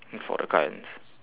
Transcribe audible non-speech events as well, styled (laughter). (noise) for the clients